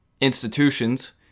institutions